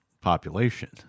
population